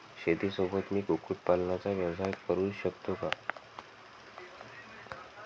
शेतीसोबत मी कुक्कुटपालनाचा व्यवसाय करु शकतो का?